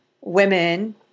women